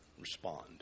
respond